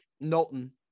Knowlton